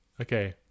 Okay